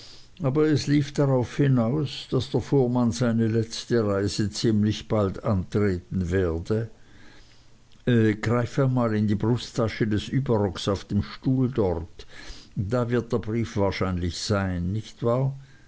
aber es lief darauf hinaus daß der fuhrmann seine letzte reise ziemlich bald antreten werde greif einmal in die brusttasche des überrocks auf dem stuhl dort da wird der brief wahrscheinlich drin sein nicht wahr